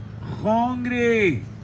hungry